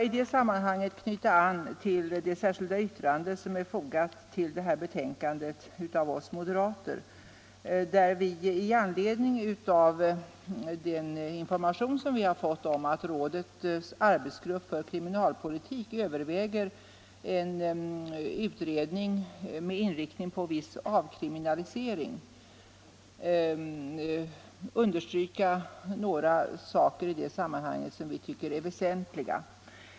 I det sammanhanget vill jag knyta an till det särskilda yttrande som är fogat till det här betänkandet av oss moderater i anledning av den information vi fått om att rådets arbetsgrupp för kriminalpolitik överväger en utredning med inriktning på viss avkriminalisering och i det sammanhanget understryka några saker vi tycker är väsentliga.